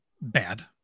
bad